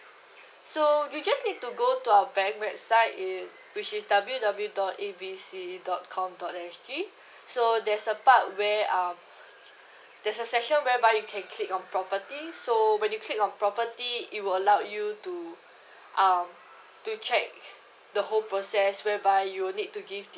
so you just need to go to our bank website is which is W W W dot A B C dot com dot S G so there's a part where um there's a section whereby you can click on property so when you click on property it will allow you to um to check the whole process whereby you'll need to give